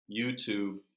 YouTube